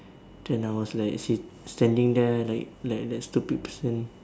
then I was like sit standing there like stupid person